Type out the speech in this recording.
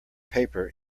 paper